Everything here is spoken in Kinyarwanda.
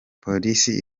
polisi